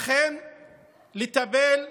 אכן לטפל בפשיעה,